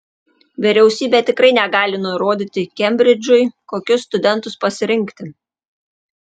vyriausybė tikrai negali nurodyti kembridžui kokius studentus pasirinkti